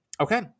okay